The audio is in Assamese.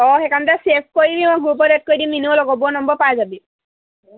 অঁ সেইকাৰণতে ছেভ কৰি লওঁ গ্ৰুপত এড কৰি দিম এনেও লগ'ৰবোৰৰ নম্বৰ পাই যাবি